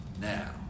now